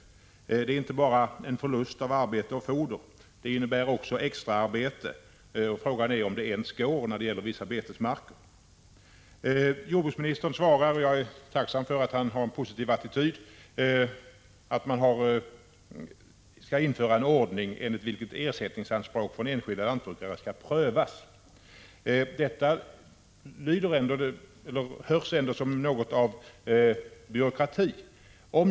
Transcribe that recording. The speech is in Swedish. Det innebär inte bara förlust av foder, utan det innebär också extra arbete. Frågan är om det ens går, när det gäller vissa betesmarker. Jordbruksministern svarar att man skall införa en ordning enligt vilken ersättningsanspråk från enskilda lantbrukare prövas.